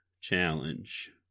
Challenge